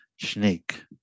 Snake